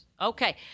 Okay